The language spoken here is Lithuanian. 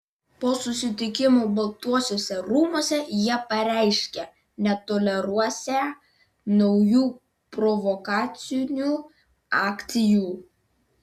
po susitikimo baltuosiuose rūmuose jie pareiškė netoleruosią naujų provokacinių akcijų